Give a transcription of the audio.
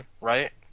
right